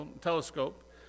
Telescope